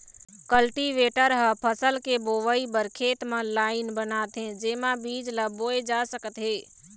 cultivator ह फसल के बोवई बर खेत म लाईन बनाथे जेमा बीज ल बोए जा सकत हे